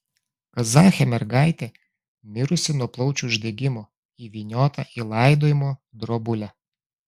kazachė mergaitė mirusi nuo plaučių uždegimo įvyniota į laidojimo drobulę